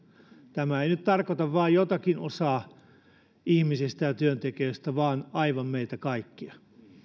tämä ei nyt tarkoita vain jotakin osaa ihmisistä ja työntekijöistä vaan aivan meitä kaikkia